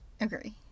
agree